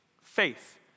Faith